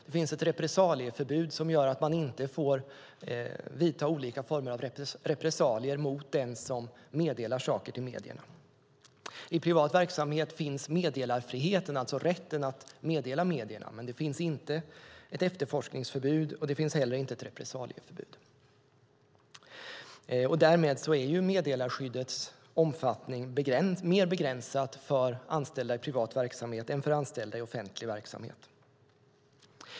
Det finns ett repressalieförbud, som gör att man inte får vidta olika former av repressalier mot den som meddelar saker till medierna. I privat verksamhet finns meddelarfriheten, alltså rätten att meddela medierna, men det finns inte ett efterforskningsförbud och inte heller ett repressalieförbud. Därmed är meddelarskyddets omfattning mer begränsad för anställda i privat verksamhet än för anställda i offentlig verksamhet.